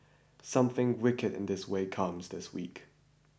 something wicked this way comes this week